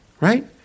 right